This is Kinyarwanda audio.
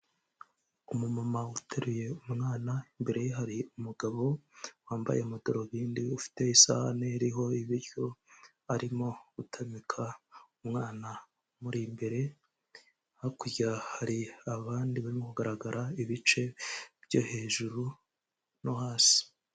Umumama uteruye umwana imbere ye hari umugabo wambaye amadarubindi, ufite isahani iriho ibiryo arimo gutamika umwana umuri imbere, hakurya hari abandi barimo kugaragara ibice byo hejuru no hasi.